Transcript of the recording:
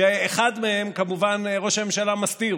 את אחד מהם כמובן ראש הממשלה מסתיר,